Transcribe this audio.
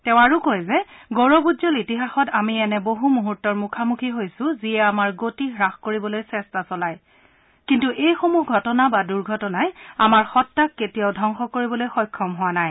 তেওঁ লগতে কয় যে গৌৰৱোজ্বল ইতিহাসত আমি এনে বহু মুহুৰ্তৰ মুখামূখি হৈছো যিয়ে আমাৰ গতি হাস কৰিবলৈ চেষ্টা চলায় কিন্তু এইসমূহ ঘটনা বা মুহূৰ্তই আমাৰ সত্বাক কেতিয়াও ধবংস কৰিবলৈ সক্ষম হোৱা নাই